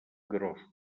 grossos